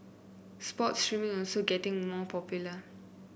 sports streaming is also getting more popular